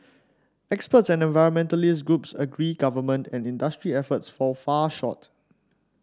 experts and environmentalist groups agree government and industry efforts fall far short